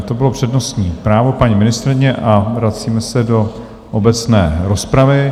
To bylo přednostní právo paní ministryně a vracíme se do obecné rozpravy.